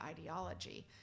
ideology